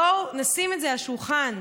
בואו נשים את זה על השולחן: